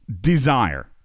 desire